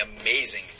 amazing